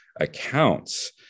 accounts